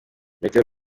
meteo